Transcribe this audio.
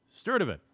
Sturdivant